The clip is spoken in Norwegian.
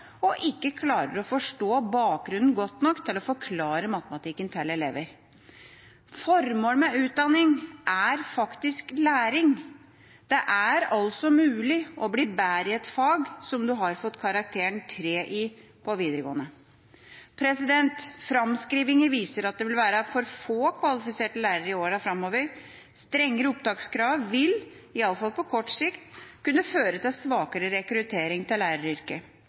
og ikke klarer å forstå bakgrunnen godt nok til å forklare matematikken til elever.» Formålet med utdanning er faktisk læring. Det er altså mulig å bli bedre i et fag som du har fått karakteren 3 i på videregående. Framskrivinger viser at det vil være for få kvalifiserte lærere i årene framover. Strengere opptakskrav vil, i alle fall på kort sikt, kunne føre til svakere rekruttering til læreryrket.